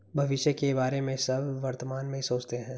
भविष्य के बारे में सब वर्तमान में सोचते हैं